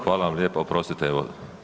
Hvala vam lijepo, oprostite evo.